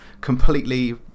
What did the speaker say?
completely